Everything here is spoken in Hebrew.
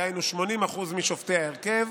דהיינו 80% משופטי ההרכב,